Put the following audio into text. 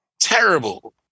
terrible